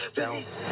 Please